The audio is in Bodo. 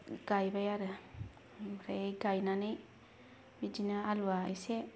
गायबाय आरो ओमफ्राय गायनानै बिदिनो आलुआ इसे